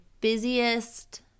busiest